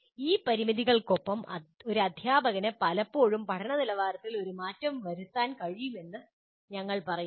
ഈ പരിമിതികൾക്കൊപ്പം ഒരു അധ്യാപകന് ഇപ്പോഴും പഠന നിലവാരത്തിൽ ഒരു മാറ്റം വരുത്താൻ കഴിയുമെന്ന് ഞങ്ങൾ പറയുന്നു